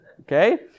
Okay